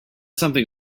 something